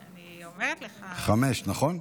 חמש, נכון?